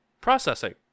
processing